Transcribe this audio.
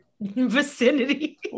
vicinity